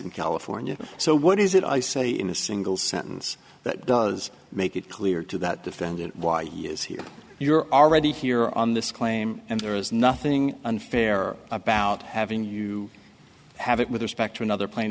in california so what is it i say in a single sentence that does make it clear to that defendant why he is here you are already here on this claim and there is nothing unfair about having you have it with respect to another pla